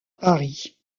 paris